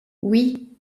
oui